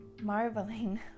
marveling